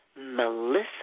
Melissa